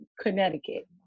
Connecticut